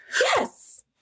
Yes